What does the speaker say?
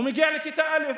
הוא מגיע לכיתה א',